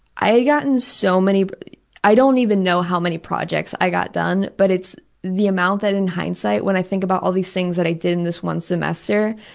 i i got in so many i don't even know how many projects i got done, but it's the amount that, in hindsight when i think about all these things that i did in this one semester,